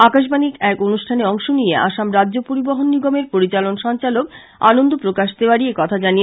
আকাশবাণীর এক অনুষ্ঠানে অংশ নিয়ে আসাম রাজ্য পরিবহন নিগমের পরিচালন সঞ্চালক আনন্দ প্রকাশ তেওয়ারী একথা জানান